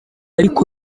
ariko